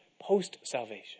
post-salvation